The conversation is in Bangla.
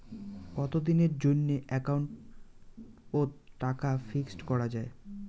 কতদিনের জন্যে একাউন্ট ওত টাকা ফিক্সড করা যায়?